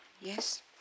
Yes